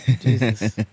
Jesus